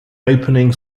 opening